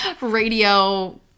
radio